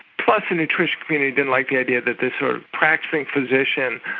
plus the nutrition community didn't like the idea that this sort of practicing physician,